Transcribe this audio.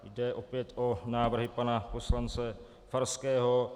Jde opět o návrhy pana poslance Farského.